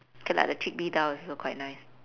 K lah the chickpea dhal is also quite nice